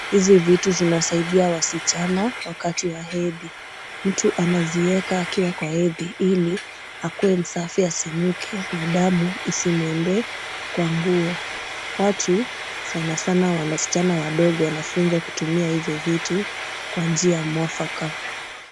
Hizi vitu zinasaidia wasichana wakati wa hedhi, mtu anazieka akiwa kwa hedhi ili akuwe msafi asinuke na damu isimwendee kwa nguo. Watu sanasana wasichana wadogo wanafunzwa kutumia hizi vitu kwa njia mwafaka.